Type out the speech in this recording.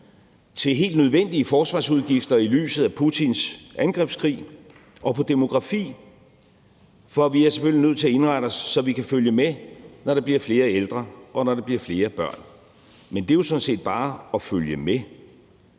til helt nødvendige forsvarsudgifter i lyset af Putins angrebskrig og på demografi. For vi er selvfølgelig nødt til at indrette os, så vi kan følge med, når der bliver flere ældre, og når der bliver flere børn. Men det er jo sådan set bare at følge med.